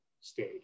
stage